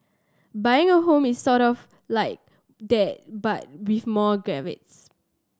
buying a home is sort of like that but with more caveats